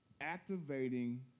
activating